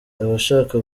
abashaka